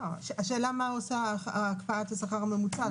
השאלה מה עושה הקפאת השכר הממוצע.